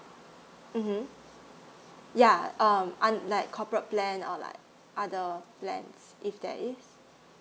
mm yeah um on like corporate plan or like other plans if there is